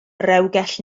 rewgell